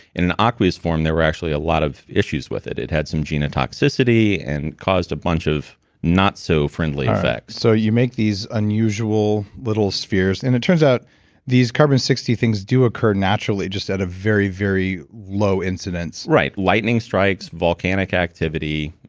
in an ah aqueous form, there were actually a lot of issues with it. it had some genotoxicity and caused a bunch of not so friendly so, you make these unusual little spheres, and it turns out these carbon sixty things do occur naturally, just at a very, very low incidence right. lightning strikes, volcanic activity,